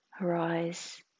Arise